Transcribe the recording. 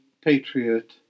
patriot